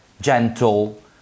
gentle